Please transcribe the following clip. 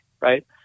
right